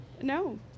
No